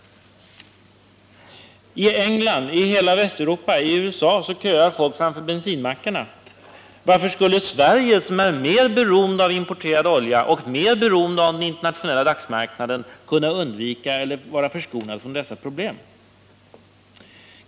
I England, i hela Västeuropa och i USA köar folk framför bensinmackarna. Varför skulle Sverige, som är mer beroende av importerad olja och mer beroende av den internationella dagsmarknaden, vara förskonat från detta problem?